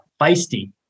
feisty